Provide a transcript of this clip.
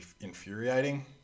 infuriating